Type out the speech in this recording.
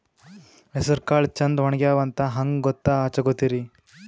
ಹೆಸರಕಾಳು ಛಂದ ಒಣಗ್ಯಾವಂತ ಹಂಗ ಗೂತ್ತ ಹಚಗೊತಿರಿ?